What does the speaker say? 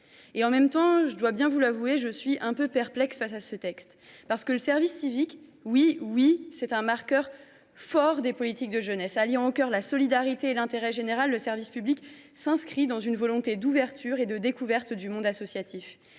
En même temps, je dois bien vous l’avouer, je suis relativement perplexe face à ce texte. Oui, le service civique est un marqueur fort des politiques de jeunesse. Alliant la solidarité et l’intérêt général, il s’inscrit dans une volonté d’ouverture et de découverte du monde associatif.